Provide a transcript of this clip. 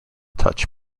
touch